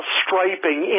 striping